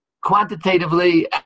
quantitatively